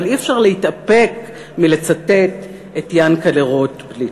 אבל אי-אפשר להתאפק מלצטט את יענקל'ה רוטבליט: